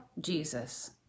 Jesus